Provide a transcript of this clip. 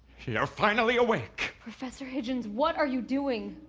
you're finally awake. professor hidgens. what are you doing?